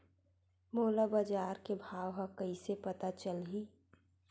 मोला बजार के भाव ह कइसे पता चलही?